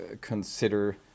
consider